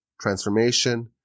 transformation